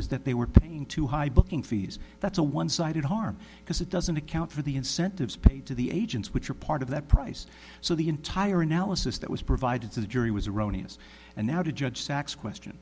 was that they were paying too high booking fees that's a one sided harm because it doesn't account for the incentives paid to the agents which are part of that price so the entire analysis that was provided to the jury was erroneous and now the judge sacks question